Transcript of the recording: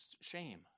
shame